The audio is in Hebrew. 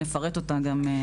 נפרט אותה בהמשך.